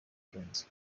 kenzo